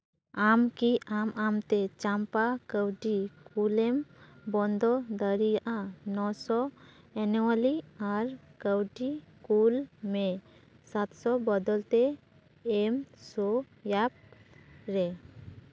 ᱟᱢ ᱠᱤ ᱟᱢ ᱟᱢᱛᱮ ᱪᱟᱢᱯᱟ ᱠᱟᱹᱣᱰᱤ ᱠᱩᱞᱮᱢ ᱵᱚᱱᱫᱚ ᱫᱟᱲᱮᱭᱟᱜᱼᱟ ᱱᱚᱥᱚ ᱮᱱᱚᱣᱟᱞᱤ ᱟᱨ ᱠᱟᱹᱣᱰᱤ ᱠᱩᱞᱢᱮ ᱥᱟᱛ ᱥᱚ ᱵᱚᱫᱚᱞ ᱛᱮ ᱮᱢ ᱥᱳᱭᱟᱠ ᱨᱮ